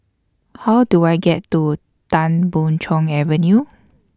How Do I get to Tan Boon Chong Avenue